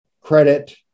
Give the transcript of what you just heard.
credit